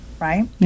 right